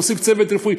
להוסיף צוות רפואי,